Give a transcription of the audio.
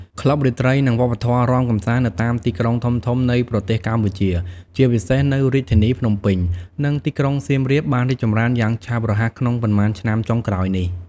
ក្លឹបរាត្រី និងវប្បធម៌រាំកម្សាននៅតាមទីក្រុងធំៗនៃប្រទេសកម្ពុជា ជាពិសេសនៅរាជធានីភ្នំពេញ និងទីក្រុងសៀមរាប បានរីកចម្រើនយ៉ាងឆាប់រហ័សក្នុងប៉ុន្មានឆ្នាំចុងក្រោយនេះ។